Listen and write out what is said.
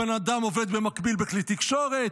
הבן אדם עובד במקביל בכלי תקשורת,